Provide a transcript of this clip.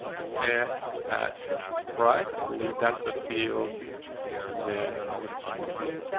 compare at price. i believe that's the field and then i'm going to put this here, put,